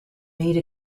made